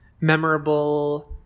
memorable